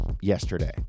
yesterday